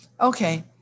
Okay